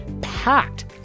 packed